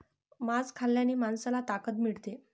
मांस खाल्ल्याने माणसाला ताकद मिळते